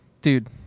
Dude